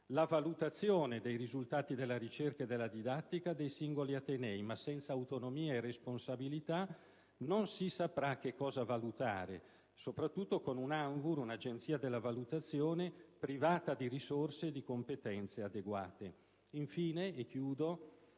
la valutazione dei risultati della ricerca e della didattica dei singoli atenei (ma senza autonomia e responsabilità non si saprà che cosa valutare, soprattutto con un'Agenzia della valutazione (ANVUR) privata di risorse e di competenze adeguate); infine, il